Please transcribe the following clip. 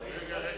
רגע,